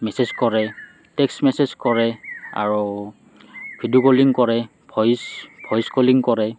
message কৰে text message কৰে আৰু ভিডিঅ' কলিং কৰে ভইচ ভইচ কলিং কৰে